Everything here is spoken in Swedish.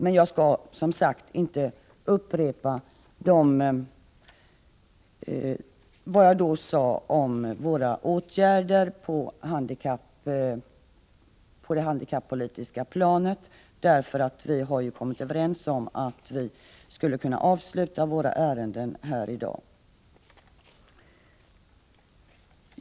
Men jag skall som sagt inte upprepa vad jag då sade om våra åtgärder på det handikappolitiska planet. Vi har ju kommit överens om att försöka avsluta dagens ärenden.